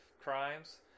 crimes